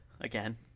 again